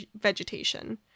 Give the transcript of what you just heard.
vegetation